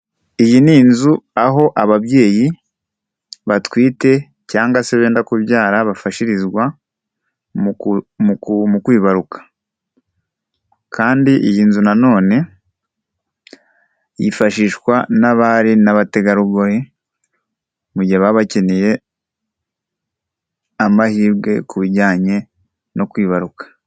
Iyi ni inzu aho ababyeyi batwite cyangwa se benda kubyara bafashirizwa mu kwibaruka, kandi iyi nzu yifashishwa n'abari n'abategarugori mu gihe baba bakeneye amahirwe ku bijyanye no kwibaruka.